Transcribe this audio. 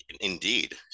indeed